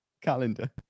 Calendar